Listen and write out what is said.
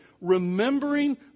Remembering